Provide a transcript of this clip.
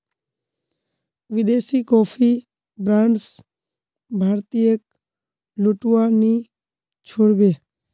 विदेशी coffee brands भारतीयेक लूटवा नी छोड़ बे